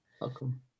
Welcome